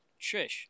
Trish